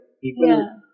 people